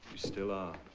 still are.